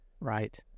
right